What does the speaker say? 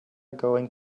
going